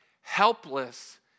Helpless